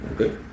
Okay